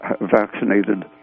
vaccinated